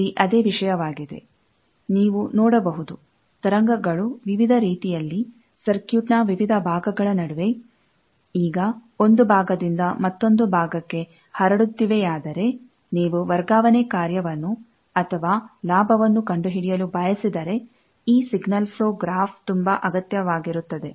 ಇಲ್ಲಿ ಅದೇ ವಿಷಯವಾಗಿದೆ ನೀವು ನೋಡಬಹುದು ತರಂಗಗಳು ವಿವಿಧ ರೀತಿಯಲ್ಲಿ ಸರ್ಕ್ಯೂಟ್ನ ವಿವಿಧ ಭಾಗಗಳ ನಡುವೆ ಈಗ ಒಂದು ಭಾಗದಿಂದ ಮತ್ತೊಂದು ಭಾಗಕ್ಕೆ ಹರಡುತ್ತಿವೆ ಆದರೆ ನೀವು ವರ್ಗಾವಣೆ ಕಾರ್ಯವನ್ನು ಅಥವಾ ಲಾಭವನ್ನು ಕಂಡು ಹಿಡಿಯಲು ಬಯಸಿದರೆ ಈ ಸಿಗ್ನಲ್ ಪ್ಲೋ ಗ್ರಾಫ್ ತುಂಬಾ ಅಗತ್ಯವಾಗಿರುತ್ತದೆ